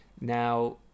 now